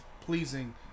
pleasing